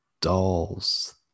dolls